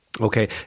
Okay